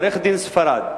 עורך-דין ספרד: